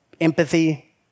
empathy